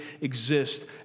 exist